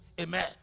Amen